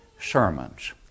sermons